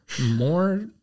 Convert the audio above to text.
More